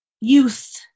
Youth